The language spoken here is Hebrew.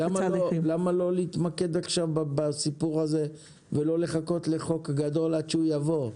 למה לא להתמקד עכשיו בסיפור הזה ולא לחכות לחוק גדול עד שהוא יבוא?